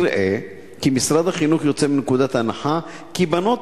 נראה כי משרד החינוך יוצא מנקודת הנחה כי בנות